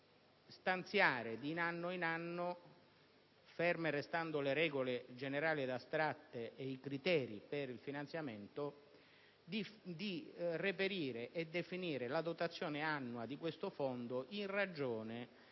il compito, di anno in anno, ferme restando le regole generali ed astratte e i criteri per il finanziamento, di reperire e definire la dotazione annua di questo Fondo in ragione